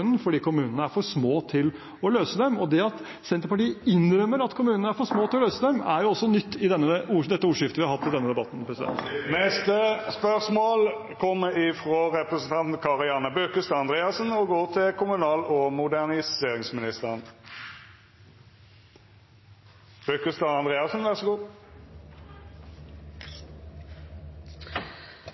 fordi kommunene er for små til å løse dem. Og det at Senterpartiet innrømmer at kommunene er for små til å løse dem , er også nytt i det ordskiftet vi har hatt i denne debatten Vanlig frekkhet fra statsråden! «I sitt debattinnlegg i Adresseavisen 21. februar sier statsråden at kommunereformen må fortsette. Det vises til